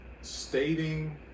stating